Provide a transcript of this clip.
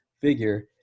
figure